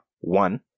one